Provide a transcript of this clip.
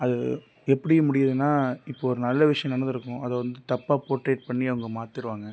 அது எப்படி முடியுதுன்னால் இப்போது ஒரு நல்ல விஷயம் நடந்திருக்கும் அதை வந்து தப்பாக போட்ரேட் பண்ணி அவங்க மாற்றிருவாங்க